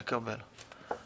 מקבל.